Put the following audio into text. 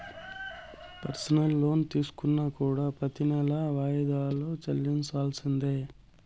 personal loan తీసుకున్నా కూడా ప్రెతి నెలా వాయిదాలు చెల్లించాల్సిందే